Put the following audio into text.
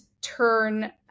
turn